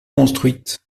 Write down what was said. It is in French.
construites